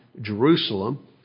Jerusalem